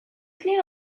clean